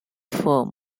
firm